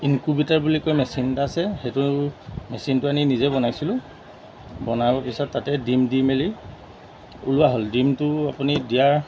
incubator বুলি কয় machine এটা আছে সেইটো মেচিনটো আনি নিজে বনাইছিলোঁ বনোৱাৰ পিছত তাতে ডিম দি মেলি ওলোৱা হ'ল ডিমটো আপুনি দিয়াৰ